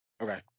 okay